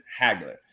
Hagler